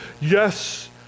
yes